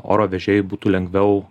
oro vežėjui būtų lengviau